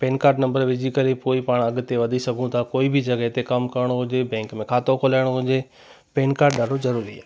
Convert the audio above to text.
pen card number विझी करे पोइ पाण अॻिते वधी सघूं था कोई बि जॻहि ते कमु करिणो हुजे बैंक में खातो खुलाइणु हुजे पेन कार्ड ॾाढो ज़रूरी आहे